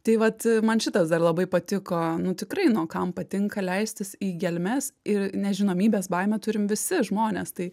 tai vat man šitas dar labai patiko nu tikrai nu o kam patinka leistis į gelmes ir nežinomybės baimę turim visi žmonės tai